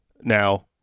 now